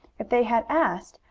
if they had asked,